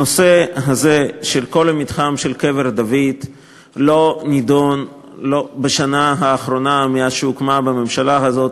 הנושא הזה של כל מתחם קבר דוד לא נדון בשנה האחרונה בממשלה הזאת,